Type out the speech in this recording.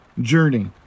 journey